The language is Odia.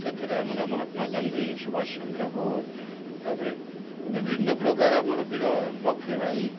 ସେଥିରେ ଆମର ମହାତ୍ମାଗାନ୍ଧୀ ସୁବାଷଚନ୍ଦ୍ର ବୋଷ ତାପରେ ବିଭିନ୍ନ ପ୍ରକାର ଆମର ବୀର ଲକ୍ଷ୍ମୀବାଇ